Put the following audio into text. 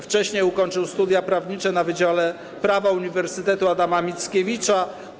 Wcześniej ukończył studia prawnicze na wydziale prawa Uniwersytetu Adama Mickiewicza.